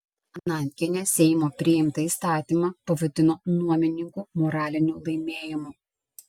anankienė seimo priimtą įstatymą pavadino nuomininkų moraliniu laimėjimu